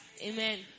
Amen